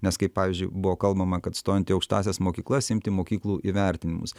nes kaip pavyzdžiui buvo kalbama kad stojant į aukštąsias mokyklas imti mokyklų įvertinimus